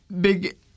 big